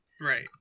Right